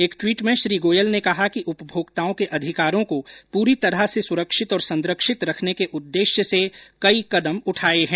एक ट्वीट में श्री गोयल ने कहा कि उपभोक्ताओं के अधिकारों को पूरी तरह से सुरक्षित और संरक्षित रखने के उद्देश्य से कई कदम उठाए हैं